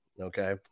Okay